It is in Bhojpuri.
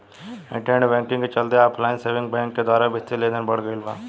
इंटरनेट बैंकिंग के चलते ऑनलाइन सेविंग बैंक के द्वारा बित्तीय लेनदेन बढ़ गईल बा